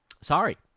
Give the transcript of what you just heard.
Sorry